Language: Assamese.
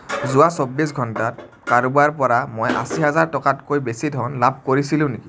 যোৱা চৌব্বিছ ঘণ্টাত কাৰোবাৰ পৰা মই আশী হাজাৰ টকাতকৈ বেছি ধন লাভ কৰিছিলো নেকি